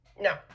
No